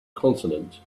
consonant